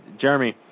Jeremy